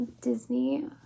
Disney